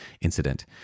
incident